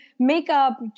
makeup